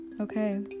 okay